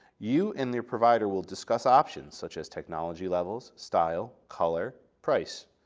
you and the provider will discuss options such as technology levels, style, color, price.